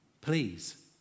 please